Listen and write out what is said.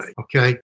okay